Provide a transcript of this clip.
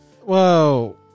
Whoa